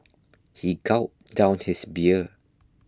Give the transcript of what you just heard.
he gulped down his beer